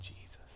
Jesus